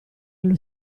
allo